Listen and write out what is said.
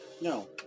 No